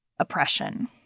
Oppression